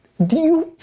do you,